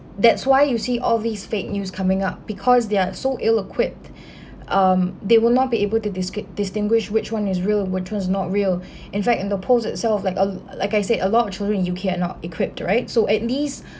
that's why you see all these fake news coming up because they're so ill-equipped um they will not be able to describ~ distinguished which one is real which one is not real in fact in the polls that sort of like uh like I said a lot of children in U_K are not equipped right so at least